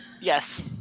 yes